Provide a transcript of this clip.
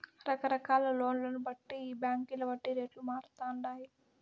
రకరకాల లోన్లను బట్టి ఈ బాంకీల వడ్డీ రేట్లు మారతండాయి